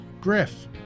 Griff